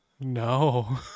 No